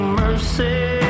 mercy